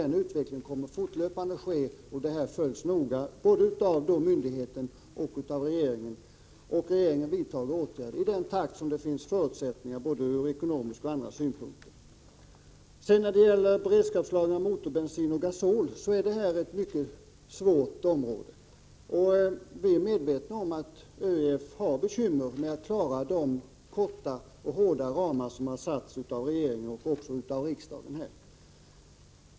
Denna utveckling kommer att ske fortlöpande, och den följs noga både av myndigheten och av regeringen. Och regeringen vidtar åtgärder i den takt som det finns förutsättningar för ur ekonomiska och andra synpunkter. Beredskapslagring av motorbensin och gasol är ett mycket svårt område. Vi är medvetna om att ÖEF har bekymmer med att klara de korta och hårda ramar som fastställts av regeringen och riksdagen.